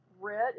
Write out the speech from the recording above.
red